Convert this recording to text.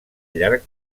llarg